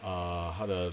err 他的